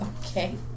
Okay